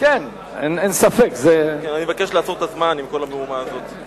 אני מבקש לעצור את הזמן, עם כל המהומה הזאת.